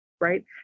right